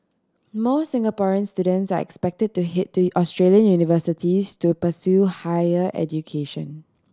more Singaporean students are expected to head to Australian universities to pursue higher education